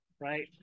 right